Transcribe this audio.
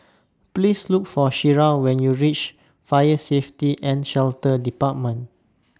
Please Look For Shira when YOU REACH Fire Safety and Shelter department